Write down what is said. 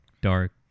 dark